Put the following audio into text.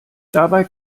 dabei